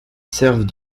servent